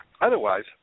Otherwise